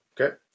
Okay